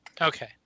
okay